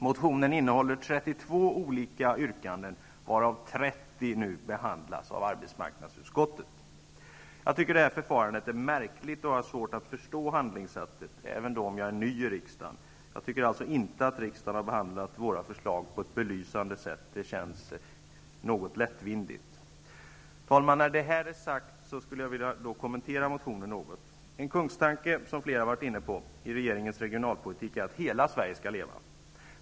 Motionen innehåller 32 olika yrkanden, varav 30 nu behandlas av arbetsmarknadsutskottet. Jag tycker att det här förfarandet är märkligt och har svårt att förstå handlingssättet, även om jag är ny i riksdagen. Jag tycker inte att riksdagen har behandlat våra förslag på ett belysande sätt. Det känns något lättvindigt. Herr talman! När detta är sagt skulle jag vilja kommentera motionen något. En kungstanke i regeringens regionalpolitik som flera varit inne på är att hela Sverige skall leva.